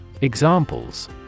Examples